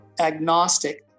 agnostic